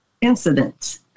incidents